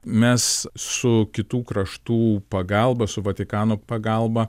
mes su kitų kraštų pagalba su vatikano pagalba